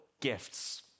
gifts